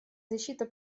защита